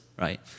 right